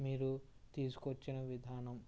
మీరు తీసుకొచ్చిన విధానం